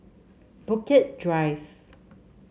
Bukit Drive